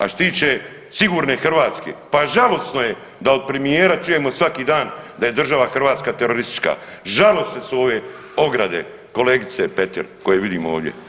A što se tiče sigurne Hrvatske pa žalosno je da od premijera čujemo svaki dan da je država Hrvatska teroristička, žalosne su ove ograde kolegice Petir koje vidimo ovdje.